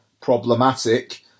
problematic